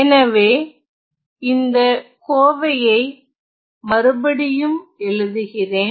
எனவே இந்த கோவையை மறுபடியும் எழுதுகிறேன்